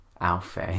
Alfie